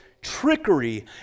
trickery